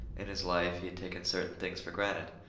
in his life he had taken certain things for granted,